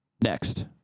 next